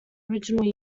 original